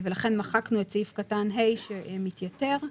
ולכן מחקנו את סעיף קטן (ה) שמתייתר,